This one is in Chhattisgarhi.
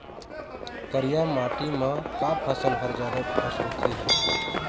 करिया माटी म का फसल हर जादा उपज होथे ही?